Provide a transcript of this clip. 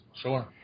Sure